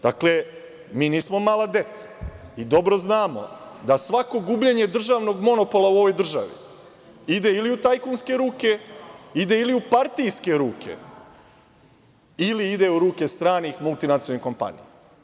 Dakle, mi nismo mala deca i dobro znamo da svako gubljenje državnog monopola u ovoj državi ide ili u tajkunske ruke ili ide u partijske ruke ili ide u ruke stranih multinacionalnih kompanija.